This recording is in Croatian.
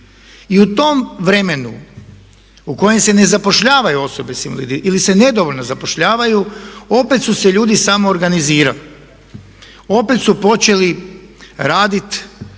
I u tom vremenu u kojem se ne zapošljavaju osobe sa invaliditetom ili se nedovoljno zapošljavaju opet su se ljudi samoorganizirali. Opet su počeli raditi